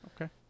okay